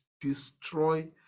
destroy